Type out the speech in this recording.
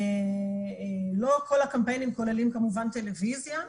לא כל הקמפיינים כוללים כמובן טלוויזיה,